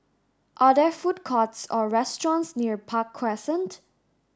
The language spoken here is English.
are there food courts or restaurants near Park Crescent